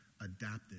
adapted